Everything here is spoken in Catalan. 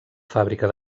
fàbrica